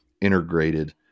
integrated